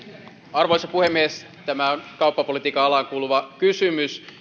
arvoisa puhemies tämä on kauppapolitiikan alaan kuuluva kysymys